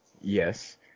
Yes